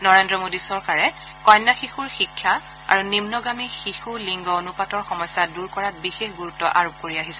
নৰেন্দ্ৰ মোদী চৰকাৰে কন্যা শিশুৰ শিক্ষা আৰু নিন্নগামী শিশু লিংগ অনুপাতৰ সমস্যা দূৰ কৰাত বিশেষ গুৰুত্ব আৰোপ কৰি আহিছে